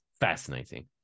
fascinating